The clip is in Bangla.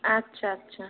আচ্ছা আচ্ছা